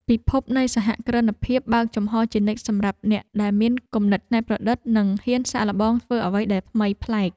ពិភពនៃសហគ្រិនភាពបើកចំហរជានិច្ចសម្រាប់អ្នកដែលមានគំនិតច្នៃប្រឌិត និងហ៊ានសាកល្បងធ្វើអ្វីដែលថ្មីប្លែក។